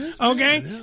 okay